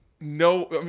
no –